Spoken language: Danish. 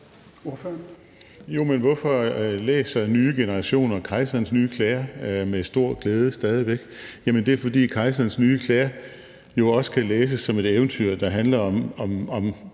Dahl (LA): Jo, men hvorfor læser nye generationer stadig væk »Kejserens nye klæder« med stor glæde? Jamen det er, fordi »Kejserens nye klæder« jo også kan læses som et eventyr, der handler om